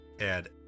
add